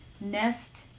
Nest